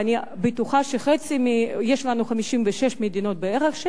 ויש לנו 56 מדינות בערך,